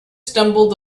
stumbled